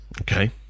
Okay